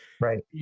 Right